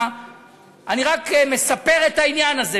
אני רק מספר את העניין הזה,